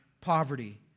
poverty